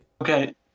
okay